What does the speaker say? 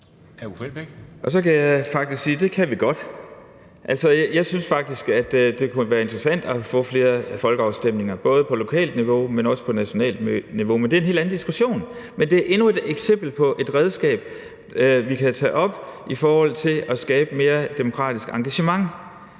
Så kan jeg faktisk sige, at det kan vi godt. Jeg synes, at det kunne være interessant at få flere folkeafstemninger, både på lokalt niveau, men også på nationalt niveau. Det er en helt anden diskussion, men det er endnu et eksempel på et redskab, vi kan tage op, i forhold til at skabe mere demokratisk engagement.